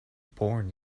born